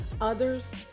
others